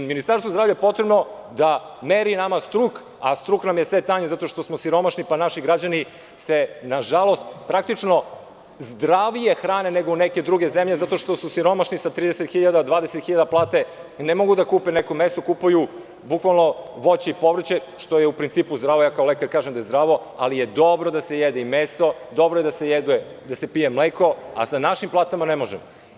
Ministarstvo zdravlja je potrebno da meri nama struk, a struk nam je sve tanji zato što smo siromašni, pa naši građani se praktično zdravije hrane nego neke druge zemlje, zato što su siromašni, sa 30.000, 20.000 plate, ne mogu da kupe neko meso, kupuju bukvalno voće i povrće, što je u principu zdravo, ja kao lekar kažem da je zdravo, ali je dobro da se jede i meso, dobro je da se pije mleko, a sa našim platama ne možemo.